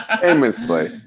Famously